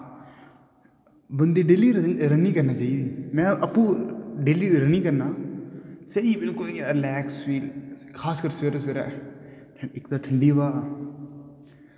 बंदे daily running करनी चाहिदी में आपूं डेल्ली रनिंग करना स्हेई बिल्कुल इ'यां रिलैक्स फील खासकर सवेरै सवेरै इक ते ठंडी हवा